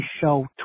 show